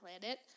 planet